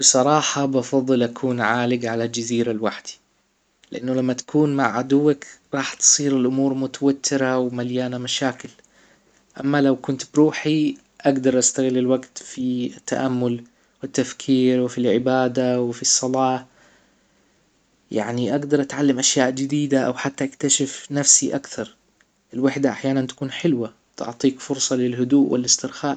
بصراحة بفضل اكون عالج على جزيرة لوحدي لانه لما تكون مع عدوك راح تصير الامور متوترة ومليانة مشاكل اما لو كنت بروحي اجدر استغل الوقت في التأمل والتفكير وفي العبادة وفي الصلاة يعني اجدر اتعلم اشياء جديدة او حتى اكتشف نفسي اكثر الوحدة احيانا تكون حلوة تعطيك فرصة للهدوء والاسترخاء